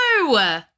No